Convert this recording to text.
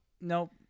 Nope